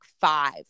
five